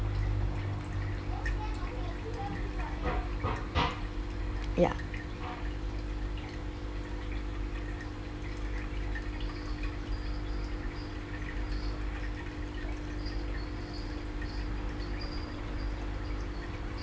ya